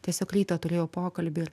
tiesiog rytą turėjau pokalbį ir